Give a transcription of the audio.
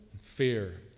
fear